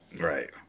Right